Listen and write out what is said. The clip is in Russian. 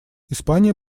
испания